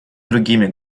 другими